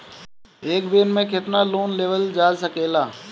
एक बेर में केतना लोन लेवल जा सकेला?